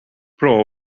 bro